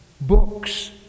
books